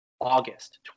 August